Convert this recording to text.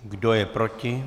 Kdo je proti?